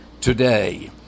today